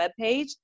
webpage